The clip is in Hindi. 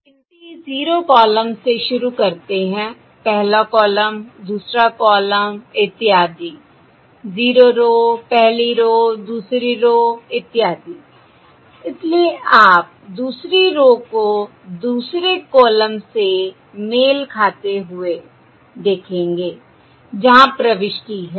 गिनती 0 कॉलम से शुरू करते हैं पहला कॉलम दूसरा कॉलम इत्यादि 0 रो पहली रो दूसरी रो इत्यादि इसलिए आप दूसरी रो को दूसरे कॉलम से मेल खाते हुए देखेंगे जहाँ प्रविष्टि है